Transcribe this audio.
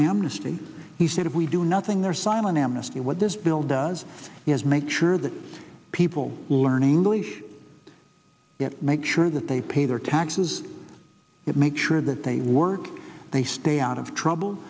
amnesty he said if we do nothing there silent amnesty what this bill does is make sure that people learn english yet make sure that they pay their taxes it make sure that they work they stay out of trouble